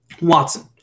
watson